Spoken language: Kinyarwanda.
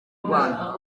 rwanda